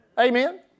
Amen